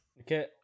Okay